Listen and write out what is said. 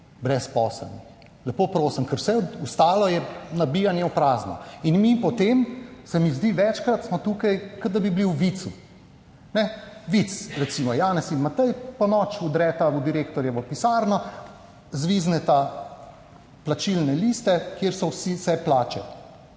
brezposelnih. Lepo prosim, ker vse ostalo je nabijanje v prazno. In mi smo potem tukaj, se mi zdi večkrat, kot da bi bili v vicu. Vic, recimo Janez in Matej ponoči vdreta v direktorjevo pisarno, zvizneta plačilne liste, kjer so vse plače,